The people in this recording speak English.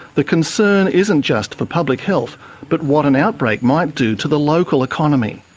the concern isn't just for public health but what an outbreak might do to the local economy.